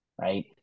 right